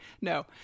No